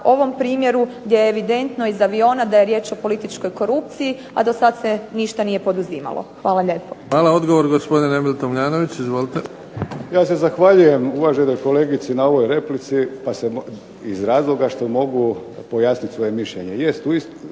ovom primjeru gdje je evidentno iz aviona da je riječ o političkoj korupciji, a dosad se ništa nije poduzimalo. Hvala lijepo. **Bebić, Luka (HDZ)** Hvala. Odgovor, gospodin Emil Tomljanović. Izvolite. **Tomljanović, Emil (HDZ)** Ja se zahvaljujem uvaženoj kolegici na ovoj replici iz razloga što mogu pojasnit svoje mišljenje.